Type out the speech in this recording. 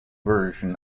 version